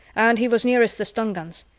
and he was nearest the stun guns.